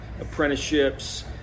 apprenticeships